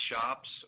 shops